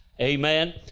Amen